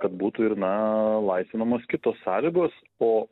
kad būtų ir na laisvinamos kitos sąlygos o